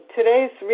Today's